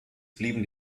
blieben